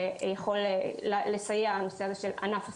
שיכול לסייע בנושא הזה של ענף הספורט.